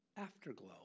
afterglow